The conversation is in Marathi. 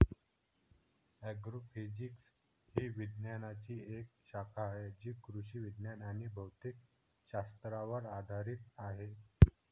ॲग्रोफिजिक्स ही विज्ञानाची एक शाखा आहे जी कृषी विज्ञान आणि भौतिक शास्त्रावर आधारित आहे